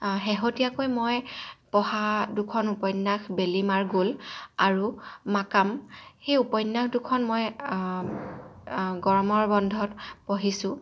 শেহতীয়াকৈ মই পঢ়া দুখন উপন্যাস বেলি মাৰ গ'ল আৰু মাকাম সেই উপন্যাস দুখন মই গৰমৰ বন্ধত পঢ়িছোঁ